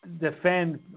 defend